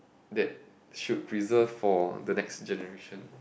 that should preserve for the next generation